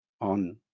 on